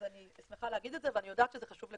אני שמחה להגיד את זה ואני יודעת שזה חשוב לכולם.